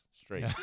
straight